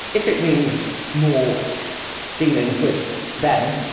if it means more dealings with them,